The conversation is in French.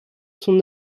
son